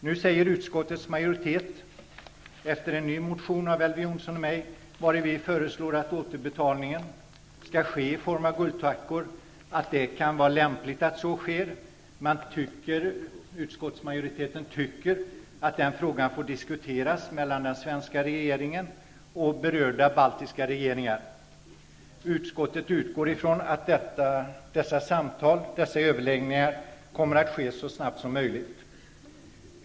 Nu säger utskottets majoritet, efter en ny motion av Elver Jonsson och mig där vi föreslår att återbetalningen skall ske i form av guldtackor, att det kan vara lämpligt att så sker. Utskottsmajoriteten tycker att den frågan får diskuteras mellan den svenska regeringen och berörda baltiska regeringar. Utskottet utgår från att dessa överläggningar kommer att ske så snabbt som möjligt.